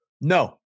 no